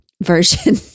version